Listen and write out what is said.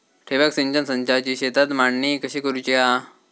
ठिबक सिंचन संचाची शेतात मांडणी कशी करुची हा?